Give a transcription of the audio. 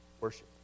worship